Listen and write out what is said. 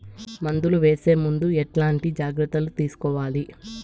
మందులు వేసే ముందు ఎట్లాంటి జాగ్రత్తలు తీసుకోవాలి?